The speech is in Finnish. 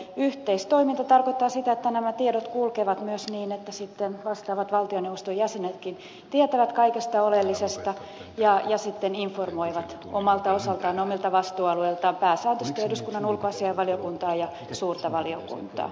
yhteistoiminta tarkoittaa sitä että nämä tiedot kulkevat myös niin että sitten vastaavat valtioneuvoston jäsenetkin tietävät kaikesta oleellisesta ja informoivat omalta osaltaan omilta vastuualueiltaan pääsääntöisesti eduskunnan ulkoasiainvaliokuntaa ja suurta valiokuntaa